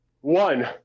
One